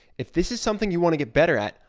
if this is something you want to get better at,